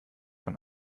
von